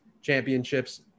championships